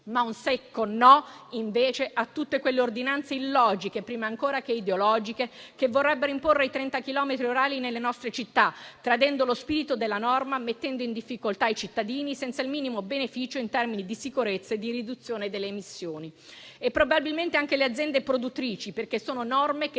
un secco no, invece, a tutte quelle ordinanze illogiche, prima ancora che ideologiche, che vorrebbero imporre i 30 chilometri orari nelle nostre città, tradendo lo spirito della norma e mettendo in difficoltà i cittadini senza il minimo beneficio in termini di sicurezza e di riduzione delle emissioni, e probabilmente anche le aziende produttrici, perché sono norme che